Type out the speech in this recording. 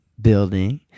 building